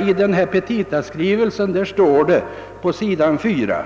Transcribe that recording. I petitaskrivelsen står på s. 4: